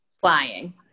Flying